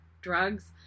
drugs